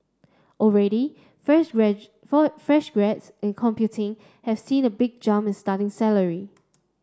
already fresh for fresh grads in computing have seen a big jump in starting salaries